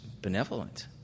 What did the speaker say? benevolent